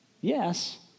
Yes